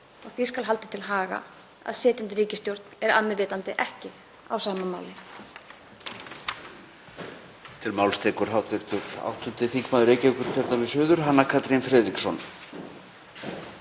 en því skal haldið til haga að sitjandi ríkisstjórn er að mér vitandi ekki á sama máli.